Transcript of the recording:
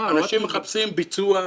אנשים מחפשים ביצוע,